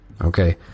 okay